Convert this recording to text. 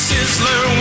Sizzler